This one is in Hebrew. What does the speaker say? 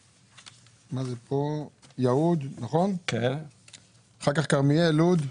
יבנה, יהוד, אחר כך כרמיאל, לוד.